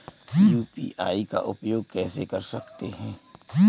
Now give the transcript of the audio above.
UPI का उपयोग कैसे कर सकते हैं?